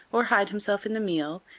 or hide himself in the meal,